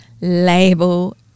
label